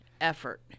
effort